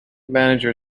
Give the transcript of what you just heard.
manager